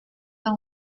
pas